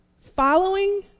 following